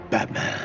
Batman